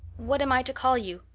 what am i to call you?